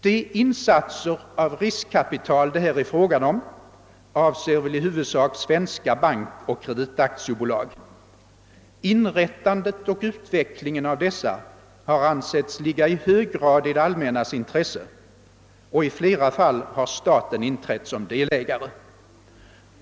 De insatser av riskkapital det här är fråga om avser väl i huvudsak svenska bankoch kreditaktiebolag. Inrättandet och utvecklingen av dessa har ansetts ligga i hög grad i det allmännas intresse och i flera fall har staten inträtt som delägare.